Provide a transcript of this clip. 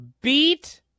beat